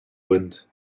wind